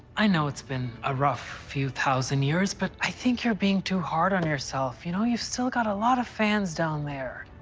i know it's been a rough few thousand years, but i think you're being too hard on yourself. you know, you've still got a lot of fra fans down there.